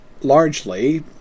largely